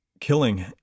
killing